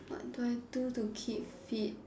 what do I do to keep fit